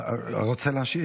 אני רוצה להשיב.